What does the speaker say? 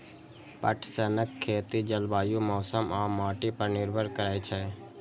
पटसनक खेती जलवायु, मौसम आ माटि पर निर्भर करै छै